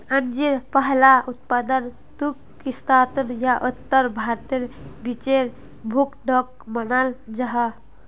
अंजीर पहला उत्पादन तुर्किस्तान या उत्तर भारतेर बीचेर भूखंडोक मानाल जाहा